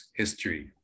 history